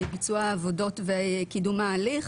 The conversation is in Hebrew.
לביצוע העבודות וקידום ההליך.